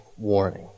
Warning